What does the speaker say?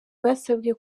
basabwe